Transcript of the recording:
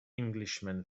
englishman